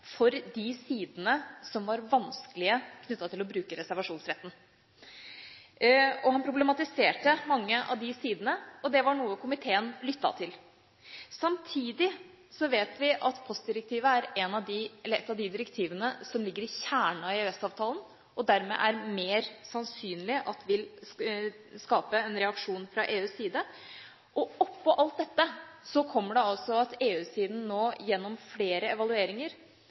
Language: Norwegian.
for de sidene som var vanskelige knyttet til å bruke reservasjonsretten. Han problematiserte mange av de sidene, og det var noe komiteen lyttet til. Samtidig vet vi at postdirektivet er et av de direktivene som ligger i kjernen av EØS-avtalen, og som dermed mer sannsynlig vil skape en reaksjon fra EUs side. Oppå alt dette kommer det altså at EU-siden nå gjennom flere evalueringer